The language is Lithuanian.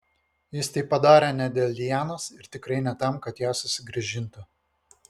jis tai padarė ne dėl lianos ir tikrai ne tam kad ją susigrąžintų